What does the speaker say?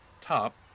top